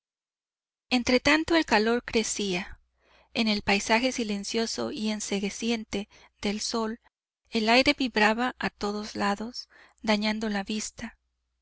azada entretanto el calor crecía en el paisaje silencioso y encegueciente de sol el aire vibraba a todos lados dañando la vista